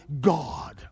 God